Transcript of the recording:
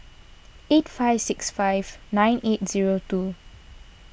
eight five six five nine eight zero two